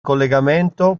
collegamento